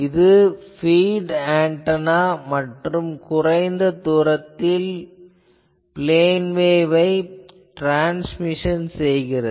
இது feed antenna மேலும் இது குறைந்த இடத்தில் பிளேன் வேவ் ஐ ட்ரான்ஸ்மிஷன் செய்கிறது